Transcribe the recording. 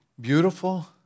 Beautiful